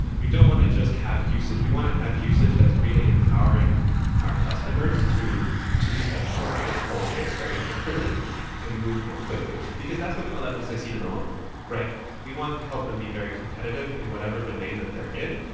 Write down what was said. we don't want to just have usage. we want to have usage that's really empowering our customers to to just approach this whole space very differently and move more quickly, because that's what's going to let them succeed in the long run. we want to help them be very competitive in whatever domain that they're in.